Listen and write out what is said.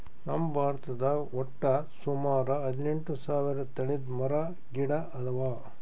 ನಮ್ ಭಾರತದಾಗ್ ವಟ್ಟ್ ಸುಮಾರ ಹದಿನೆಂಟು ಸಾವಿರ್ ತಳಿದ್ ಮರ ಗಿಡ ಅವಾ